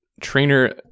trainer